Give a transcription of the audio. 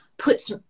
puts